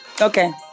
okay